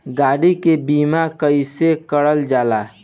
गाड़ी के बीमा कईसे करल जाला?